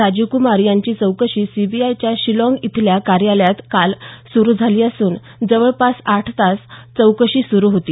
राजीवकुमार यांची चौकशी सीबीआयच्या शिलाँग इथल्या कार्यालयात काल सुरू झाली असून जवळपास आठ तास चौकशी सुरू होती